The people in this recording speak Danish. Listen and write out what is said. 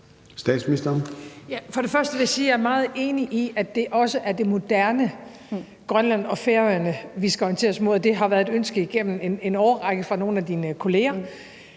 For det første vil jeg sige, at jeg er meget enig i, at det også er det moderne Grønland og Færøerne, vi skal orientere os imod. Det har været et ønske igennem en årrække fra nogle af dine kolleger.